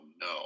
no